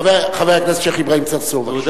חבר הכנסת שיח' אברהים צרצור, בבקשה.